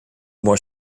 more